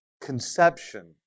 conception